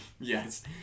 Yes